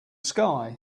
sky